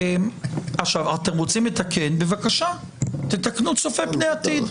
אתם רוצים לתקן, בבקשה, תתקנו צופה פני עתיד.